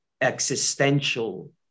existential